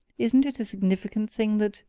isn't it a significant thing that,